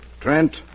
Trent